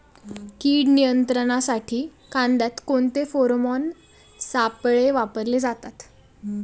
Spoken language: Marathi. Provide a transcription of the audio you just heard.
कीड नियंत्रणासाठी कांद्यात कोणते फेरोमोन सापळे वापरले जातात?